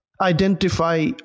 identify